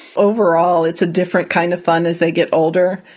overall, it's a different kind of fun as they get older.